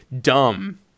Dumb